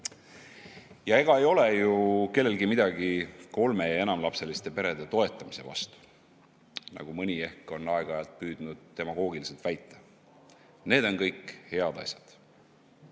Ega ei ole ju kellelgi midagi kolme‑ ja enamalapseliste perede toetamise vastu, nagu mõni ehk on aeg-ajalt püüdnud demagoogiliselt väita. Need on kõik head asjad.